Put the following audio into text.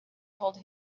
told